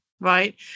right